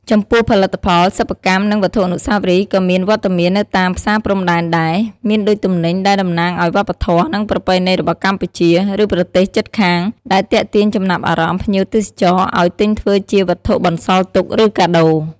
ចំពោះផលិតផល សិប្បកម្ម និងវត្ថុអនុស្សាវរីយ៍ ក៏មានវត្តមាននៅតាមផ្សារព្រំដែនដែរ មានដូចទំនិញដែលតំណាងឱ្យវប្បធម៌ និងប្រពៃណីរបស់កម្ពុជា ឬប្រទេសជិតខាង ដែលទាក់ទាញចំណាប់អារម្មណ៍ភ្ញៀវទេសចរឱ្យទិញធ្វើជាវត្ថុបន្សល់ទុក ឬកាដូ។